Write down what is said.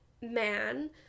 man